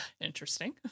interesting